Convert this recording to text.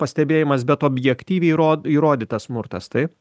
pastebėjimas bet objektyviai įro įrodytas smurtas taip